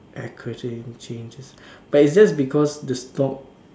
acronym changes but it's just because the stock